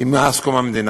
מאז קום המדינה,